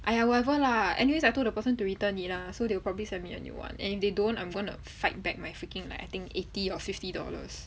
!aiya! whatever lah anyways I told the person to return it lah so they will probably send me a new one and if they don't I'm gonna fight back my freaking like I think eighty or fifty dollars